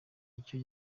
icyo